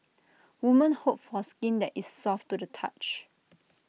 women hope for skin that is soft to the touch